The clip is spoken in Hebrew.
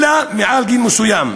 אלא מעל גיל מסוים.